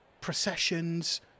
processions